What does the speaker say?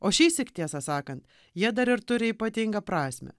o šįsyk tiesą sakant jie dar ir turi ypatingą prasmę